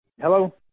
Hello